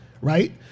right